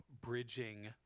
bridging